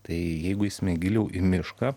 tai jeigu eisime giliau į mišką